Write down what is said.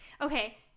okay